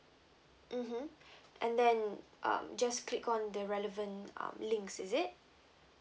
mmhmm and then um just click on the relevant uh links is it